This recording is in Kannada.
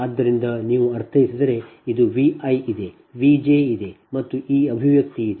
ಆದ್ದರಿಂದ ನೀವು ಅರ್ಥೈಸಿದರೆ ಇದು Vi ಇದೆ Vj ಇದೆ ಮತ್ತು ಈ ಅಭಿವ್ಯಕ್ತಿ ಇದೆ